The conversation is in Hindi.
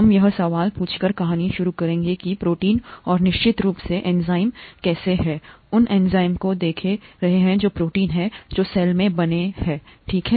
हम यह सवाल पूछकर कहानी शुरू करेंगे कि प्रोटीन और निश्चित रूप से एंजाइम कैसे हैं उन एंजाइमों को देख रहे हैं जो प्रोटीन हैं जो सेल में बने हैं ठीक है